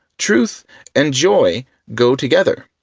truth and joy go together.